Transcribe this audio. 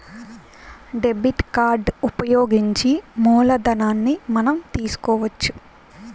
debit card ఉపయోగించి మూలధనాన్ని మనం తీసుకోవచ్చు